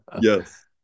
Yes